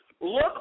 look